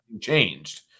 changed